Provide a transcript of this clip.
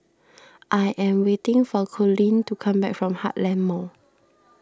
I am waiting for Coleen to come back from Heartland Mall